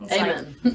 Amen